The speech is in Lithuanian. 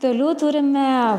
toliau turime